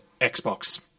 Xbox